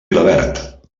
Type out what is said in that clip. vilaverd